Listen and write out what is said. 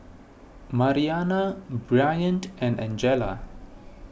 Mariana Bryant and Angella